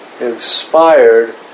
inspired